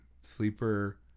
sleeper